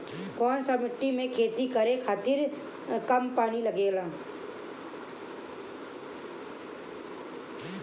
कौन सा मिट्टी में खेती करे खातिर कम पानी लागेला?